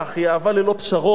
היא אהבה ללא פשרות,